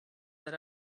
that